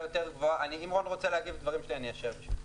אם רון רוצה להגיב לדברים שלי, אשאר.